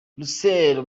russell